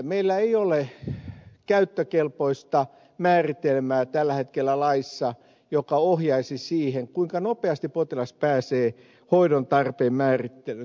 meillä ei ole käyttökelpoista määritelmää tällä hetkellä laissa joka ohjaisi siihen kuinka nopeasti potilas pääsee hoidon tarpeen määrittelyyn